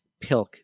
pilk